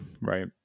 right